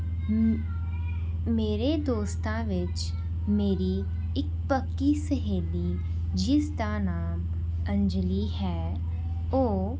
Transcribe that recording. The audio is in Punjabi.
ਮੇਰੇ ਦੋਸਤਾਂ ਵਿੱਚ ਮੇਰੀ ਇੱਕ ਪੱਕੀ ਸਹੇਲੀ ਜਿਸ ਦਾ ਨਾਮ ਅੰਜਲੀ ਹੈ ਉਹ